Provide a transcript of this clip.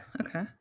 Okay